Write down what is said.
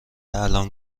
الان